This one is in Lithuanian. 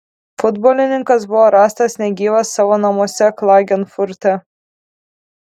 futbolininkas buvo rastas negyvas savo namuose klagenfurte